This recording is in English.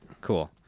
Cool